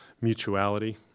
mutuality